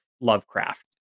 Lovecraft